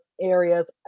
areas